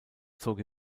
zog